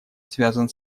связан